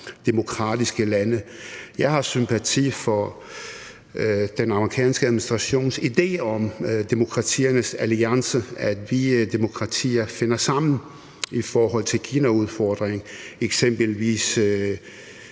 demokratiske lande. Jeg har sympati for den amerikanske administrations idé om demokratiernes alliance, at vi demokratier finder sammen i forhold til Kinaudfordringen, eksempelvis